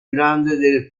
grande